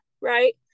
right